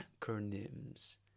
acronyms